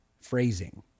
phrasing